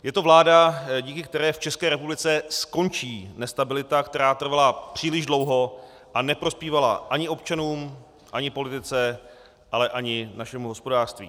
Je to vláda, díky které v České republice skončí nestabilita, která trvala příliš dlouho a neprospívala ani občanům, ani politice, ale ani našemu hospodářství.